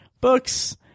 books